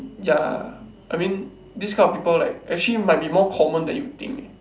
ya I mean this kind of people like actually might be more common than you think